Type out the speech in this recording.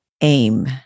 AIM